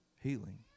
healing